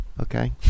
Okay